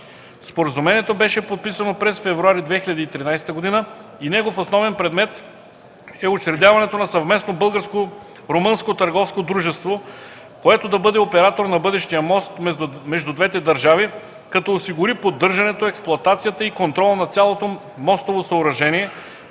Споразумението беше подписано през февруари 2013 г. и негов основен предмет е учредяването на съвместно българо-румънско търговско дружество, което да бъде оператор на бъдещия мост между двете държави, като осигури поддържането, експлоатацията и контрола на цялото мостово съоръжение,